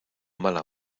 mala